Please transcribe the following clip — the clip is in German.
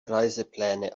reisepläne